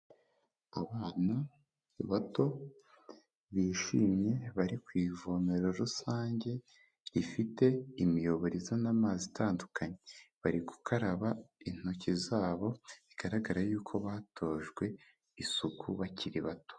Abana bato bishimye, bari ku ivomero rusange, rifite imiyoboro izana amazi itandukanye, bari gukaraba intoki zabo, bigaragara y'uko batojwe isuku bakiri bato.